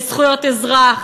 לזכויות אזרח,